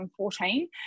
2014